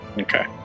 Okay